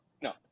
No